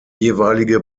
jeweilige